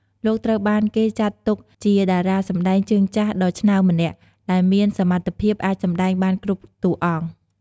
លោកត្រូវបានគេចាត់ទុកជាតារាសម្តែងជើងចាស់ដ៏ឆ្នើមម្នាក់ ដែលមានសមត្ថភាពអាចសម្តែងបានគ្រប់តួអង្គ។